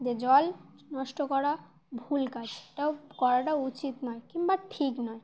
যে জল নষ্ট করা ভুল কাজ এটাও করাটা উচিত নয় কিংবা ঠিক নয়